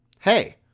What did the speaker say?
Hey